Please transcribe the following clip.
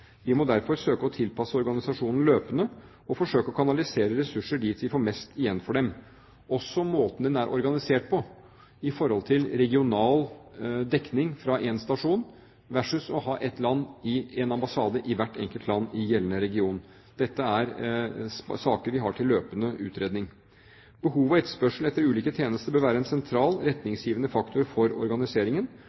Vi må derfor søke å tilpasse organisasjonen løpende, og vi må forsøke å kanalisere ressursene dit vi får mest igjen for dem. Dette gjelder også måten utenrikstjenesten er organisert på – i forhold til regional dekning fra én stasjon versus det å ha en ambassade i hvert enkelt land i gjeldende region. Dette er saker vi har til løpende utredning. Behov og etterspørsel etter ulike tjenester bør være en sentral, retningsgivende faktor for organiseringen.